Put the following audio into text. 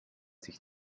sich